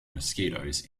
mosquitoes